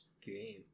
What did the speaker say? game